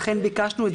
לכן ביקשנו את זה היום.